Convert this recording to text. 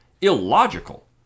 illogical